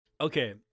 Okay